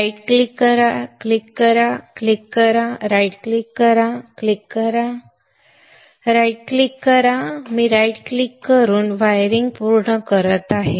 right click करा click करा click करा राईट क्लिक करा क्लिक करा क्लिक करा क्लिक करा राईट क्लिक करा मी राईट क्लिक करून वायरिंग पूर्ण करत आहे